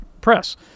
press